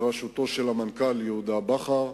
בראשות המנכ"ל יהודה בכר,